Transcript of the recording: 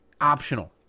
optional